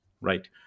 right